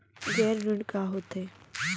गैर ऋण का होथे?